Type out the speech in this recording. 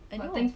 I know